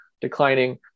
declining